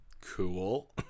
cool